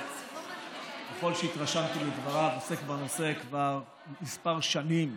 ככל שהתרשמתי מדבריו, עוסק בנושא כבר כמה שנים,